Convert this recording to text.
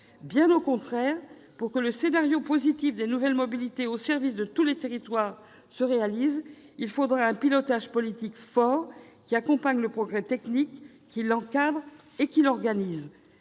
Bien au contraire, pour que le scénario positif des nouvelles mobilités au service de tous les territoires se réalise, il faudra un pilotage politique fort qui accompagne le progrès technique, qui l'encadre et qui l'organise.